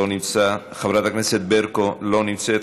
לא נמצא, חברת הכנסת ברקו, לא נמצאת.